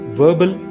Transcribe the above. verbal